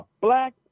black